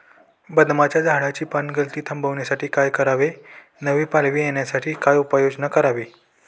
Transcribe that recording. बदामाच्या झाडाची पानगळती थांबवण्यासाठी काय करावे? नवी पालवी येण्यासाठी काय उपाययोजना करावी?